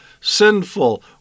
sinful